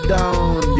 Down